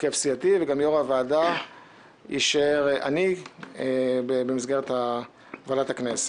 הרכב סיעתי וגם יושב-ראש הוועדה יהיה אני במסגרת ועדת הכנסת.